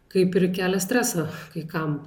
kaip ir kelia stresą kai kam